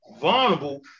vulnerable